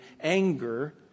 anger